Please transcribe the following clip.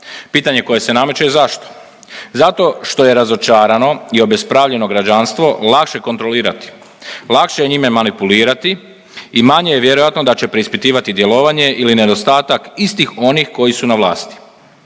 Pitanje koje se nameće je zašto? Zato što je razočarano i obespravljeno građanstvo lakše kontrolirati, lakše je njime manipulirati i manje je vjerojatno da će preispitivati djelovanje ili nedostatak istih onih koji su na vlasti.